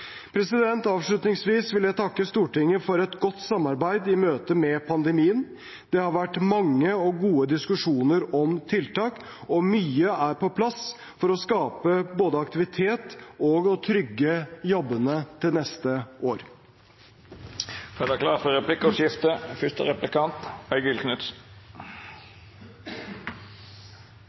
Avslutningsvis vil jeg takke Stortinget for et godt samarbeid i møte med pandemien. Det har vært mange og gode diskusjoner om tiltak, og mye er på plass både for å skape aktivitet og for å trygge jobbene til neste år.